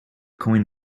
coin